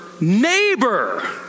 neighbor